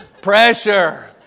Pressure